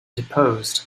deposed